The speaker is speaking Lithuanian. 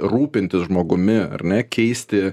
rūpintis žmogumi ar ne keisti